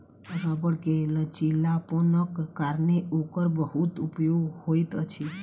रबड़ के लचीलापनक कारणेँ ओकर बहुत उपयोग होइत अछि